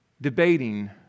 debating